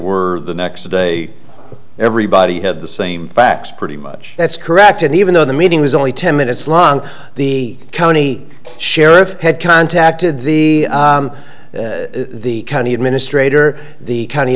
were the next day everybody had the same facts pretty much that's correct and even though the meeting was only ten minutes long the county sheriff had contacted the the county administrator the county